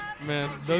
man